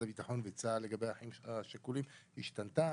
הביטחון וצה"ל לגבי האחים השכולים השתנתה,